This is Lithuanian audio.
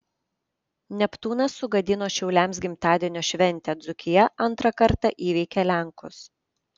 neptūnas sugadino šiauliams gimtadienio šventę dzūkija antrą kartą įveikė lenkus